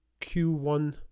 Q1